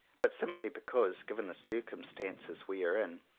but simply because, given the circumstances we are in,